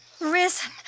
Risen